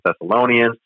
Thessalonians